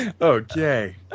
Okay